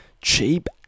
cheap